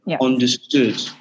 understood